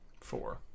Four